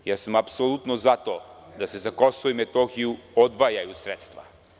Ja sam apsolutno za to da se za KiM odvajaju sredstva.